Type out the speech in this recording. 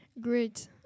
Great